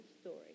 story